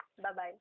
Bye-bye